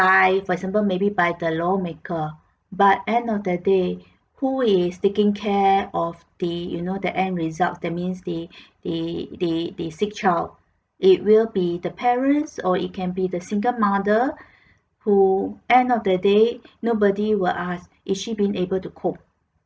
by for example maybe by the lawmaker but end of the day who is taking care of the you know the end result that means the the the the sick child it will be the parents or it can be the single mother who end of the day nobody will ask if she being able to cope